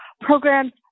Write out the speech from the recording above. programs